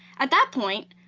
at that point,